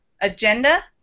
agenda